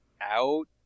out